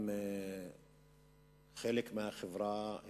הם חלק מהחברה,